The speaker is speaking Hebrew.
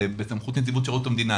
זה בסמכות נציבות שירות המדינה.